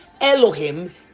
elohim